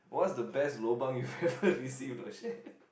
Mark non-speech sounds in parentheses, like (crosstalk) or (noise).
what's the best lobang you've ever (laughs) recieved oh shit